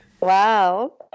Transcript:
Wow